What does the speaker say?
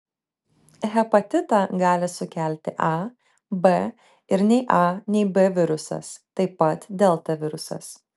hepatitą gali sukelti a b ir nei a nei b virusas taip pat delta virusas